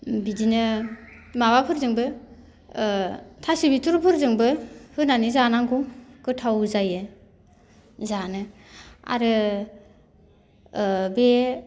बिदिनो माबाफोरजोंबो ओ थास' बिथ'राइ फोरजोंबो होनानै जानांगौ गोथाव जायो जानो आरो ओ बे